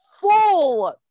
full